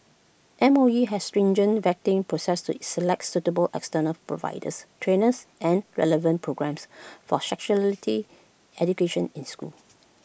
M O E has stringent vetting process to select suitable external providers trainers and relevant programmes for sexuality education in schools